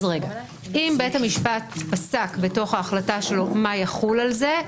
אם בית המשפט פסק בתוך ההחלטה שלו מה יחול על זה,